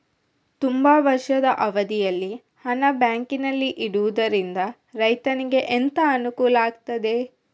ತುಂಬಾ ವರ್ಷದ ಅವಧಿಯಲ್ಲಿ ಹಣ ಬ್ಯಾಂಕಿನಲ್ಲಿ ಇಡುವುದರಿಂದ ರೈತನಿಗೆ ಎಂತ ಅನುಕೂಲ ಆಗ್ತದೆ?